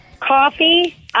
Coffee